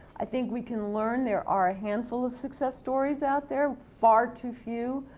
i think we can learn. there are a handful of success stories out there, far too few.